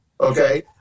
Okay